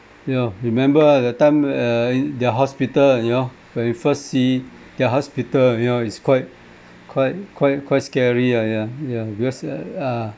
you know remember ah that time err their hospital you know when you first see their hospital you know it's quite quite quite quite scary ya yeah yeah because uh ah